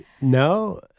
No